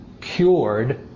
cured